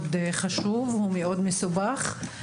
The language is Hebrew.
מסובך מאוד,